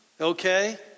okay